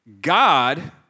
God